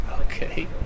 Okay